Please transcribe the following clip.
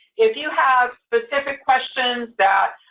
if you have specific questions that,